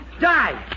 Die